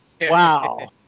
Wow